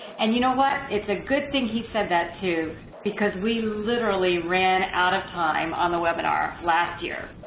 and you know what, it's a good thing he said that too because we literally ran out of time on the webinar last year.